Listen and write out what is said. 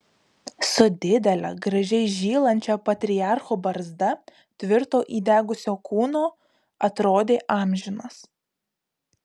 su didele gražiai žylančia patriarcho barzda tvirto įdegusio kūno atrodė amžinas